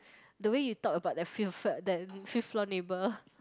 the way you talk about that fifth fl~ that fifth floor neighbour